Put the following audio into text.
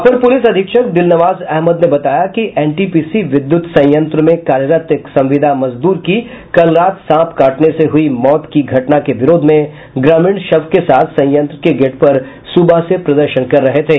अपर प्रलिस अधीक्षक दिलनवाज अहमद ने बताया कि एनटीपीसी विद्युत संयंत्र मे कार्यरत एक संविदा मजदूर की कल रात सांप काटने से हुई मौत की घटना के विरोध में ग्रामीण शव के साथ संयंत्र के गेट पर सुबह से प्रदर्शन कर रहे थे